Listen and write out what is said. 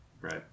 Right